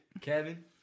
Kevin